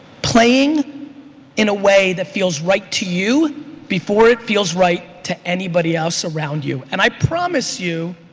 playing in a way that feels right to you before it feels right to anybody else around you. and i promise you,